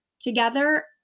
together